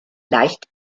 leicht